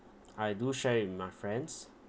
I do share with my friends